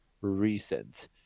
recent